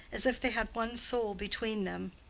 as if they had one soul between them.